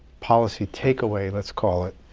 policy take-away, let's call it,